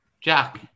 Jack